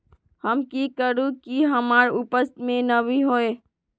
हम की करू की हमार उपज में नमी होए?